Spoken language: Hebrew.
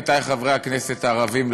עמיתי חברי הכנסת הערבים,